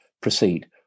proceed